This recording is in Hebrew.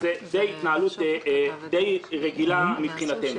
שזה התנהלות די רגילה מבחינתנו.